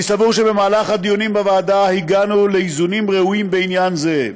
אני סבור שבדיונים בוועדה הגענו לאיזונים ראויים בעניין זה.